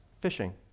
fishing